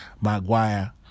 Maguire